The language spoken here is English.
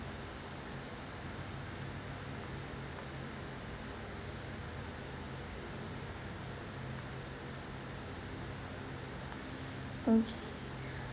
okay